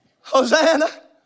Hosanna